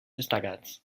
destacats